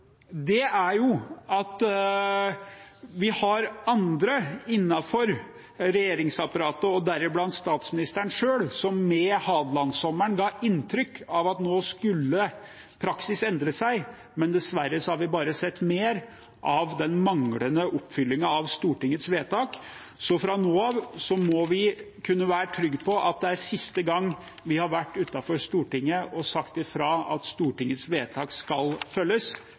er at vi har andre innenfor regjeringsapparatet, deriblant statsministeren selv, som etter Hadelands-sommeren ga inntrykk av at nå skulle praksis endres. Men dessverre har vi bare sett mer av den manglende oppfyllingen av Stortingets vedtak. Så fra nå av må vi kunne være trygge på at det er siste gang vi har vært utenfor Stortinget og sagt fra om at Stortingets vedtak skal følges.